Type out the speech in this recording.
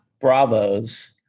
bravos